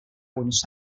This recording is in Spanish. buenos